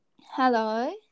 hello